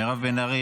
מירב בן ארי,